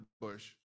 bush